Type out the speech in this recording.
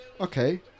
okay